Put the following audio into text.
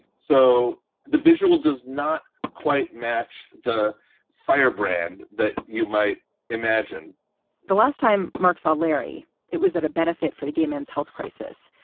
so the visual does not quite match the firebrand that you might imagine the last time marks on larry. it was at a benefit for the gay men's health crisis,